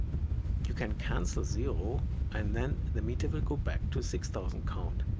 you can cancel zero and then the meter will go back to six thousand count.